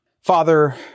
father